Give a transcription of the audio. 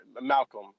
Malcolm